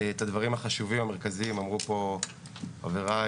את הדברים החשובים אמרו פה חבריי,